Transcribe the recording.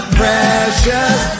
precious